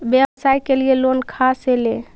व्यवसाय के लिये लोन खा से ले?